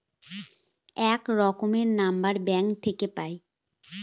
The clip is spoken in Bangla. এক রকমের নম্বর ব্যাঙ্ক থাকে পাই